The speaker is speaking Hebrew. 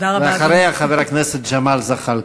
ואחריה, חבר הכנסת ג'מאל זחאלקה.